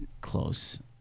Close